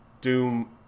Doom